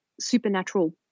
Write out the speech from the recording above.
supernatural